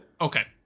Okay